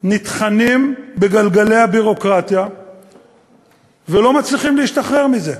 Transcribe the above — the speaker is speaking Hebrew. נטחנים בגלגלי הביורוקרטיה ולא מצליחים להשתחרר מזה.